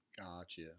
Gotcha